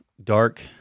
Dark